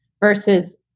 versus